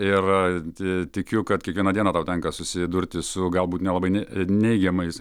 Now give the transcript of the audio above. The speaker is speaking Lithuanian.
ir ti tikiu kad kiekvieną dieną tau tenka susidurti su galbūt nelabai ne neigiamais